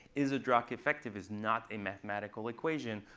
is a drug effective is not a mathematical equation.